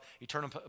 eternal